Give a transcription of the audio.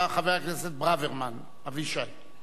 חבר הכנסת ברוורמן אבישי.